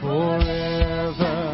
Forever